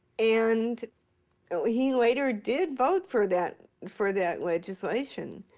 and he later did vote for that for that legislation,